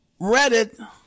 reddit